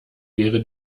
wäre